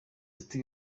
ati